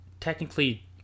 technically